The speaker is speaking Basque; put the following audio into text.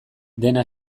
dena